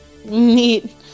Neat